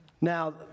Now